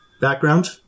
Background